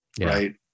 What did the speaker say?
Right